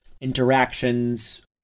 interactions